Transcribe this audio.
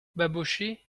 babochet